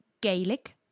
Gaelic